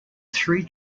three